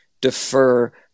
defer